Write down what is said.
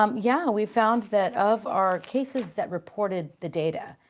um yeah, we found that of our cases that reported the data,